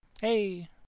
Hey